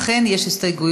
אכן יש הסתייגויות